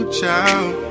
child